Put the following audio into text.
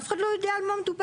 אף אחד לא יודע על מה מדובר.